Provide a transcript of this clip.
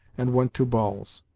and went to balls.